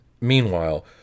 Meanwhile